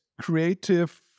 creative